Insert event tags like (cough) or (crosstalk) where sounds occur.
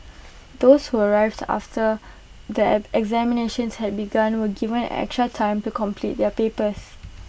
those who arrived after the (hesitation) examinations had begun were given extra time to complete their papers